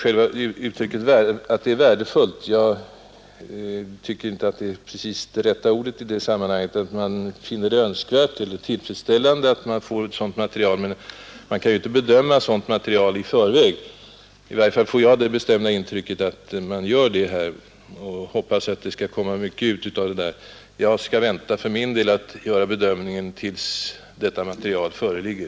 Jag tycker inte precis att det är det rätta ordet i detta sammanhang. Man kan finna det önskvärt eller tillfredsställande att få ett sådant material, men man kan ju inte bedöma dess värde i förväg. I varje fall får jag det bestämda intrycket att man ändå gör det och väntar sig mycket av det. Jag skall för min del vänta med att göra bedömningen tills detta material verkligen föreligger.